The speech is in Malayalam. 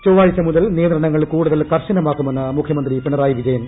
ചൊവ്വാഴ്ച മുതൽ നിയന്ത്രണങ്ങൾ കൂടുതൽ കർശനമാക്കുമെന്ന് മുഖ്യമന്ത്രി പിണറായി വിജയൻ